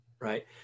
right